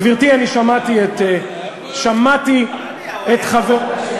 גברתי, אני שמעתי את, מה, אבו מאזן היה פה היום?